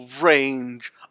range